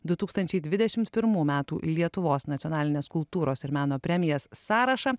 du tūkstančiai dvidešimt pirmų metų lietuvos nacionalinės kultūros ir meno premijas sąrašą